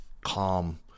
calm